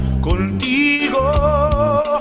contigo